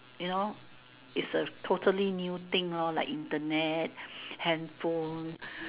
you know is a totally new thing lor like Internet handphone